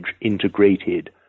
integrated